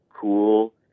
cool